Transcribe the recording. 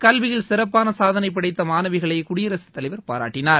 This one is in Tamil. கல்வியில் சிறப்பான சாதனை படைத்த மாணவிகளை குடியரசு தலைவர் பாராட்டினார்